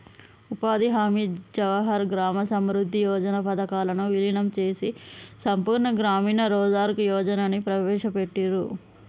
ఉపాధి హామీ, జవహర్ గ్రామ సమృద్ధి యోజన పథకాలను వీలీనం చేసి సంపూర్ణ గ్రామీణ రోజ్గార్ యోజనని ప్రవేశపెట్టిర్రు